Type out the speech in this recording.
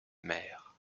maire